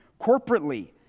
corporately